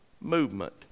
movement